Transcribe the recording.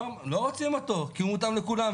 לא רוצים אותו כי מותאם לכולם.